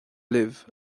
libh